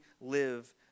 live